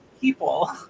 people